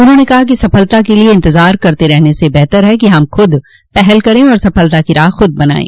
उन्होंने कहा कि सफलता के लिए इंतजार करने से बेहतर है कि हम खुद पहल करें और सफलता की राह खुद बनायें